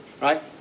Right